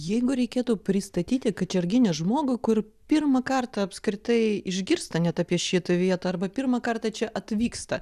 jeigu reikėtų pristatyti kačerginę žmogui kur pirmą kartą apskritai išgirsta net apie šitą vietą arba pirmą kartą čia atvyksta